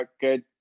good